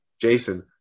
jason